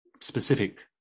specific